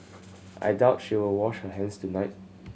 I doubt she will wash her hands tonight